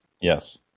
yes